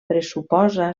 pressuposa